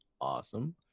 awesome